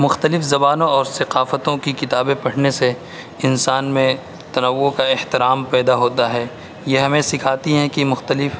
مختلف زبانوں اور ثقافتوں کی کتابیں پڑھنے سے انسان میں تنوع کا احترام پیدا ہوتا ہے یہ ہمیں سکھاتی ہیں کہ مختلف